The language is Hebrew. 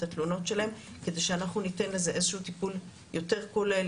את התלונות שלהם כדי שאנחנו ניתן לזה איזה שהוא טיפול יותר כולל